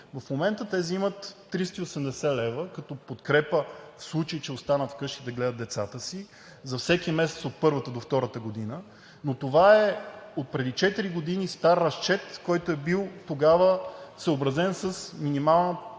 В момента те взимат 380 лв. като подкрепа, в случай че останат вкъщи да гледат децата си, за всеки месец от първата до втората година, но това е стар разчет отпреди четири години, който е бил тогава съобразен с минималната